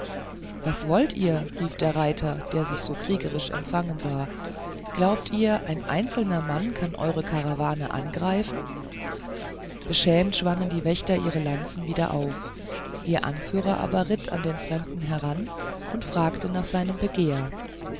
was wollt ihr rief der reiter als er sich so kriegerisch empfangen sah glaubt ihr ein einzelner mann werde eure karawane angreifen beschämt schwangen die wächter ihre lanzen wieder auf ihr anführer aber ritt an den fremden heran und fragte nach seinem begehr